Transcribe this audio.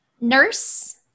nurse